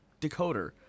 decoder